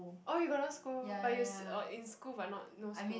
oh you got no school but you s~ oh in school but not no school